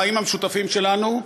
לחיים המשותפים שלנו,